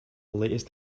latest